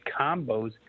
combos